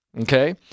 okay